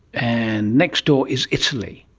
and next door is italy,